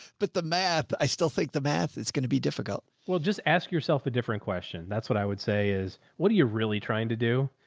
but the math, i still think the math is going to be difficult. well, just ask yourself a different question. that's what i would say is what are you really trying to do?